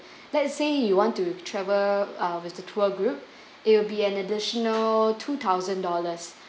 let's say you want to travel err with the tour group it will be an additional two thousand dollars